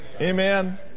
Amen